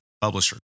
publisher